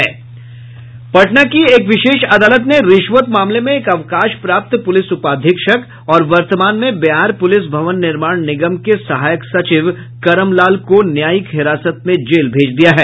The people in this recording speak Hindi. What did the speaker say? पटना की एक विशेष अदालत ने रिश्वत मामले में एक अवकाश प्राप्त पूलिस उपाधीक्षक और वर्तमान में बिहार प्रलिस भवन निर्माण निगम के सहायक सचिव करम लाल को न्यायिक हिरासत में जेल भेज दिया है